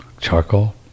Charcoal